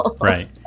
right